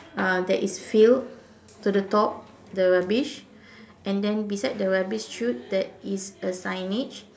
uh that is filled to the top the rubbish and then beside the rubbish chute there is a signage